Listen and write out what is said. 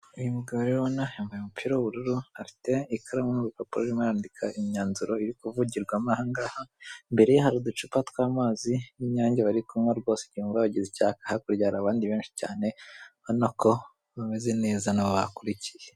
Uyu mugabo rero ubona yambaye umupira w'ubururu afite ikaramu n'urupapuro arimo arandika imyanzuro iri kuvugirwamo ahangaha, imbere ye hari uducupa tw'amazi y'inyange bari kunywa rwose igihe bumva bagize icyaka, hakurya hari abandi benshi cyane ubona ko bameze neza n'abo bakurikiye.